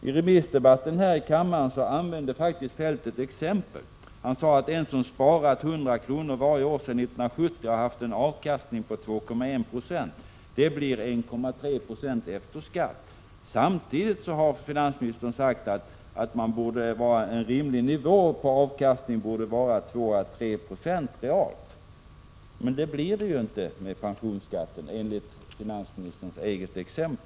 I remissdebatten i kammaren använde finansministern faktiskt ett exempel. Han sade att en person som sparat 100 kr. varje år sedan 1970 har haft en avkastning på 2,1 90. Det blir 1,3 20 efter skatt. Men finansministern har i annat sammanhang sagt att en rimlig nivå på avkastningen borde vara 2å3 4 realt. Det blir det ju inte, enligt finansministerns eget exempel.